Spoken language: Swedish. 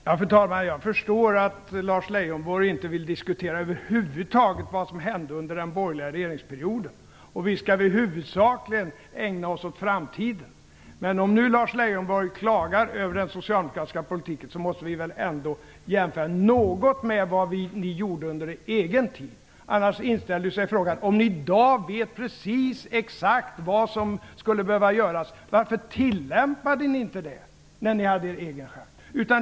Fru talman! Jag förstår att Lars Leijonborg över huvud taget inte vill diskutera vad som hände under den borgerliga regeringsperioden. Vi skall visserligen i huvudsak ägna oss åt framtiden, men om nu Lars Leijonborg klagar över den socialdemokratiska politiken måste vi väl ändå något jämföra med vad ni gjorde under er egen tid. Annars inställer sig frågan: Om ni i dag vet precis exakt vad som skulle behöva göras, varför tillämpade ni inte det när ni hade er chans?